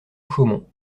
chaumont